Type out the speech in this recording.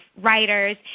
writers